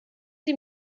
sie